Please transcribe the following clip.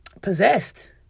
possessed